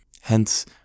Hence